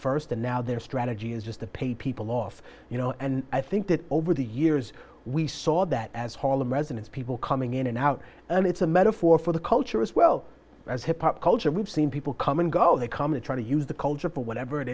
first and now their strategy is just to pay people off you know and i think that over the years we saw that as harlem residents people coming in and out and it's a metaphor for the culture as well as hip hop culture we've seen people come and go they come and try to use the culture for whatever it